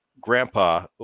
grandpa